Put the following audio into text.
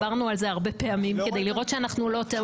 עברנו על זה הרבה פעמים כדי לראות שאנחנו לא טועים.